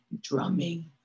drumming